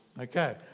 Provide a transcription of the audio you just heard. Okay